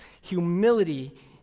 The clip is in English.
Humility